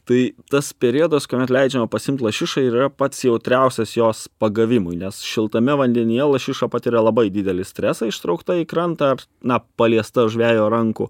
tai tas periodas kuomet leidžiama pasiimt lašišą ir yra pats jautriausias jos pagavimui nes šiltame vandenyje lašiša patiria labai didelį stresą ištraukta į krantą na paliesta žvejo rankų